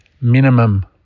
minimum